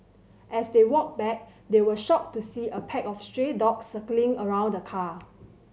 as they walked back they were shocked to see a pack of stray dogs circling around the car